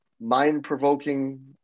mind-provoking